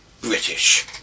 British